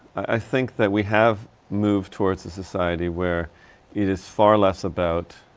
i think that we have moved towards a society where it is far less about,